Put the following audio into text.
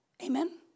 Amen